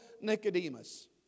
Nicodemus